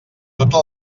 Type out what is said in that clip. tota